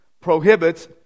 prohibits